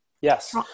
Yes